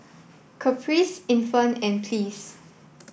caprice Infant and Pleas